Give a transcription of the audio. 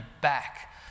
back